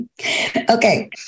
Okay